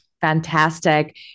Fantastic